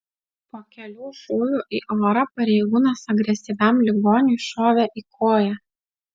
po kelių šūvių į orą pareigūnas agresyviam ligoniui šovė į koją